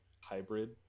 hybrid